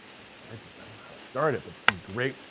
how to start this. i don't know how to start it but it's gonna be great.